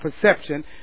perception